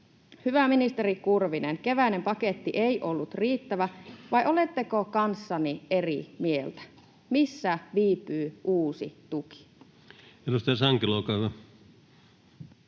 Hyvä ministeri Kurvinen, keväinen paketti ei ollut riittävä, vai oletteko kanssani eri mieltä? Missä viipyy uusi tuki? [Speech 40] Speaker: